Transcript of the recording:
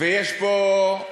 ויש פה,